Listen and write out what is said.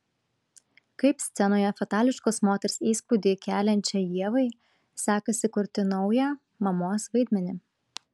kaip scenoje fatališkos moters įspūdį keliančiai ievai sekasi kurti naują mamos vaidmenį